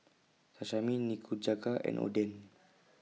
Sashimi Nikujaga and Oden